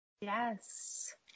Yes